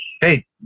Hey